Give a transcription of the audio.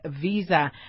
visa